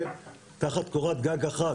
תחת קורת גג אחת.